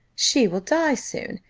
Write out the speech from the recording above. she will die soon,